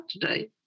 today